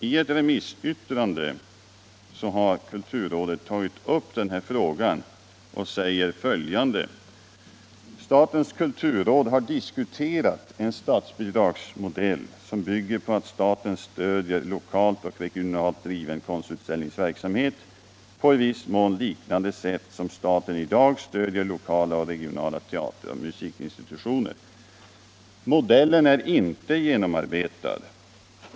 I ett remissyttrande har kulturrådet tagit upp denna fråga och säger följande: ”Statens kulturråd har diskuterat en statsbidragsmodell som bygger på att staten stödjer lokalt och regionalt driven konstutställningsverksamhet på I viss mån liknande sätt som staten i dag stödjer lokala och regionala teater och musikinstitutioner. Modellen är inte genomarbetad.